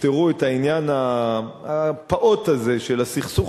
תפתרו את העניין הפעוט הזה של הסכסוך